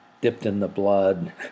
dipped-in-the-blood